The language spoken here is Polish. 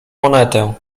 monetę